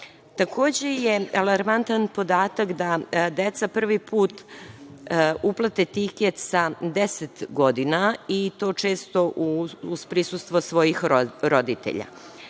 urade. Takođe je alarmantan podatak da deca prvi put uplate tiket sa 10 godina, i to često uz prisustvo svojih roditelja.